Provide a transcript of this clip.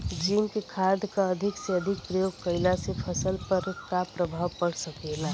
Zinc खाद क अधिक से अधिक प्रयोग कइला से फसल पर का प्रभाव पड़ सकेला?